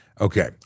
Okay